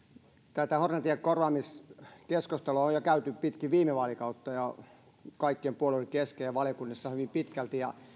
tätä hornetien korvaamiskeskustelua on käyty jo pitkin viime vaalikautta kaikkien puolueiden kesken ja valiokunnissa hyvin pitkälti ja